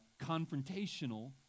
confrontational